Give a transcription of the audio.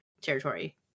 territory